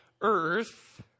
earth